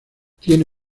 tiene